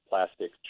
plastic